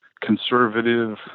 conservative